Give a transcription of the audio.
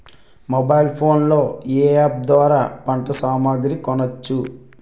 Mobile phone లో ఏ app ద్వారా పంట సామాగ్రి కొనచ్చు?